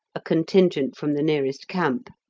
a contingent from the nearest camp.